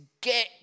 get